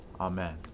Amen